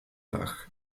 wach